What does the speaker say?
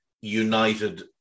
United